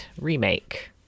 remake